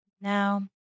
Now